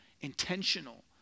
intentional